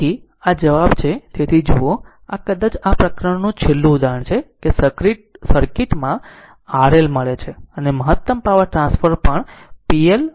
તેથી આ જવાબ છે તેથી જુઓ અને આ કદાચ આ પ્રકરણનું છેલ્લું ઉદાહરણ છે કે સર્કિટ માં RL મળે છે અને મહત્તમ પાવર ટ્રાન્સફર પણ pLmax